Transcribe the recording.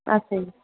ਅੱਛਾ ਜੀ